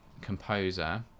composer